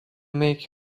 make